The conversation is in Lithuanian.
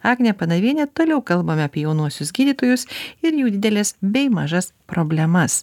agne panaviene toliau kalbame apie jaunuosius gydytojus ir jų dideles bei mažas problemas